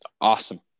Awesome